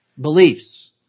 beliefs